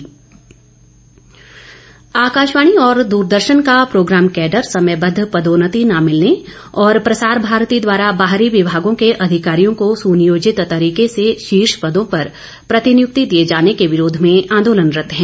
आंदोलन आकाशवाणी और द्रदर्शन का प्रोग्राम कैंडर समयबद्द पदोन्नति न भिलने और प्रसार भारती द्वारा बाहरी विभागों के अधिकारियों को सुनियोजित तरीके से शीर्ष पदों पर प्रतिनियुक्ति दिए जाने के विरोध में आंदोलनरत्त हैं